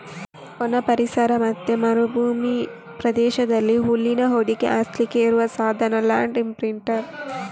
ಒಣ ಪರಿಸರ ಮತ್ತೆ ಮರುಭೂಮಿ ಪ್ರದೇಶದಲ್ಲಿ ಹುಲ್ಲಿನ ಹೊದಿಕೆ ಹಾಸ್ಲಿಕ್ಕೆ ಇರುವ ಸಾಧನ ಲ್ಯಾಂಡ್ ಇಂಪ್ರಿಂಟರ್